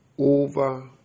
over